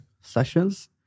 sessions